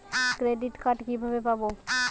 Credit card কিভাবে পাব?